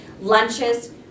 Lunches